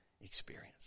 experience